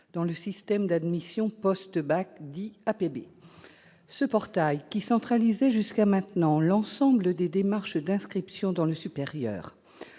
dans le système d'admission post-bac, dit APB. Ce portail centralisait jusqu'à présent l'ensemble des démarches d'inscription dans l'enseignement